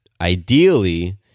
ideally